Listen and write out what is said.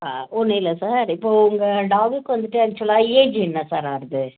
ஆ ஒன்றும் இல்லை சார் இப்போது உங்கள் டாகுக்கு வந்துட்டு ஆக்சுவலாக ஏஜ் என்ன சார் ஆகுது